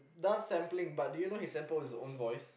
does sampling but do you know he samples his own voice